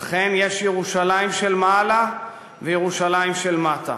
אכן, יש ירושלים של מעלה וירושלים של מטה,